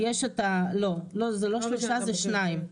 זה לא שלושה, זה שניים.